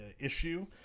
issue